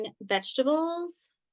vegetables